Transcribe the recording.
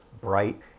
bright